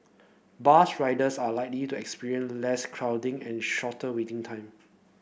bus riders are likely to experience less crowding and shorter waiting time